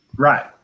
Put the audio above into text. Right